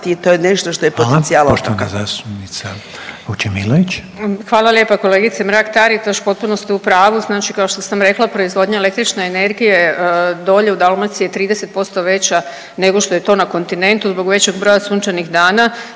Vučemilović. **Vučemilović, Vesna (Hrvatski suverenisti)** Hvala lijepa kolegice Mrak Taritaš, potpuno ste u pravu. Znači kao što sam rekla proizvodnja električne energije dolje u Dalmaciji je 30% veća nego što je to na kontinentu zbog većeg broja sunčanih dana.